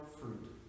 fruit